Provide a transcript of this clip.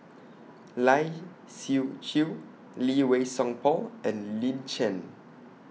Lai Siu Chiu Lee Wei Song Paul and Lin Chen